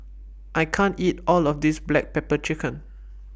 I can't eat All of This Black Pepper Chicken